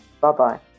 Bye-bye